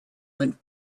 went